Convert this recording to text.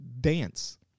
dance